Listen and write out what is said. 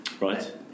Right